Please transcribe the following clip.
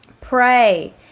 pray